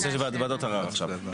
נושא של ועדות ערר, עכשיו.